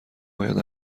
باید